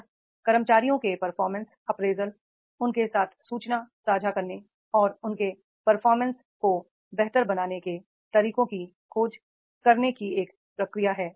यह कर्मचारियों के परफॉर्मेंस अप्रेजल उनके साथ सूचना साझा करने और उनके परफॉर्मेंस को बेहतर बनाने के तरीकों की खोज करने की एक प्रक्रिया है